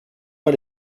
pas